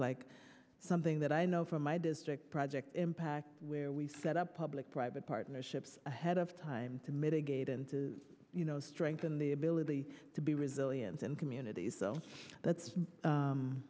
like something that i know from my district project impact where we set up public private partnerships ahead of time to mitigate and to you know strengthen the ability to be resilience in communities so that's